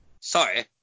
sorry